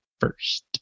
first